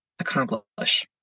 accomplish